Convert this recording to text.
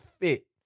fit